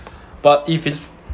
but if it's